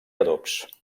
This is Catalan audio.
adobs